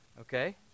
okay